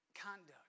conduct